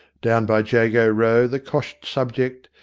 down by jago row the coshed subject,